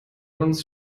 uns